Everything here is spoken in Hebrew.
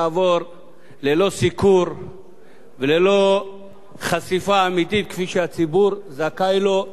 ללא סיקור וללא חשיפה אמיתית כפי שהציבור זכאי להם וראוי להם.